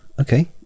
okay